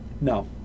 no